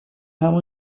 همان